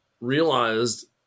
realized